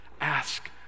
ask